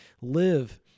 live